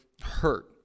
hurt